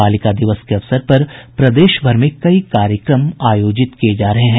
बालिका दिवस के अवसर पर प्रदेशभर में कई कार्यक्रम आयोजित किये जा रहे हैं